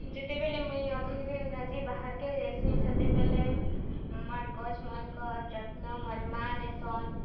ଯେତେବେଲେ ମୁଇଁ ଅଧିକ୍ ଦିନ୍ କା'ଯେ ବାହାର୍ କେ ଯାଏସିଁ ସେତେବେଲେ ମୋର୍ ଗଛ୍ ମାନ୍ଙ୍କର୍ ଯତ୍ନ ମୋର୍ ମାଆ ନେସନ୍